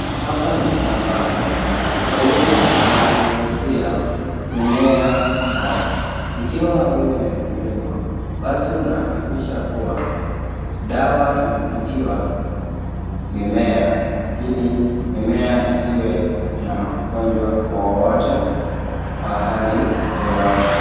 Hapa ni shambani, mkulima ananyunyuzia mimea dawa. Ikiwa wewe ni mkulima, basi unahakikisha kuwa dawa imepigiwa mimea ili mimea isiwe na ugonjwa wowote wa hali yoyote.